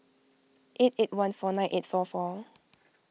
eight eight one four nine eight four four